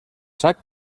sac